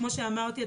כמו שאמרתי,